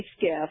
gift